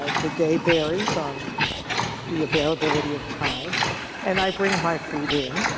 ah the day varies on the availability of time and i bring my food in,